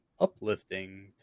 uplifting